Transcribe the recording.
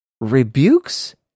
rebukes